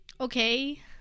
okay